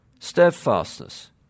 steadfastness